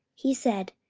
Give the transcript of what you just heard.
he said,